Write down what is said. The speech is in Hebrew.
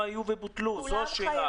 ובוטלו.